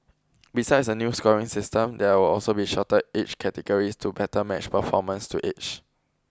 besides a new scoring system there will also be shorter age categories to better match performance to age